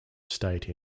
estate